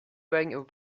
wearing